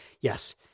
yes